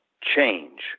change